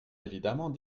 évidemment